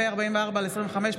פ/44/25,